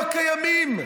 הממשלה.